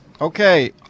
Okay